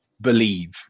believe